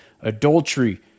adultery